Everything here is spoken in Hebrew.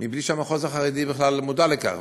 בלי שהמחוז החרדי בכלל מודע לכך,